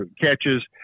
catches